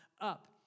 up